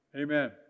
Amen